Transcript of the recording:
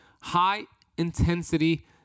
high-intensity